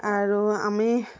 আৰু আমি